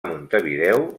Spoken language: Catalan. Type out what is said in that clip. montevideo